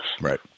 Right